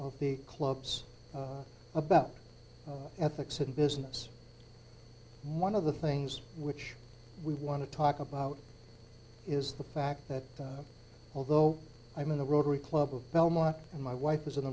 of the clubs about ethics and business one of the things which we want to talk about is the fact that although i'm in the rotary club of belmont and my wife is